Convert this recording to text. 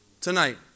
tonight